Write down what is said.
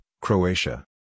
Croatia